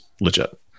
legit